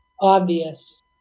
obvious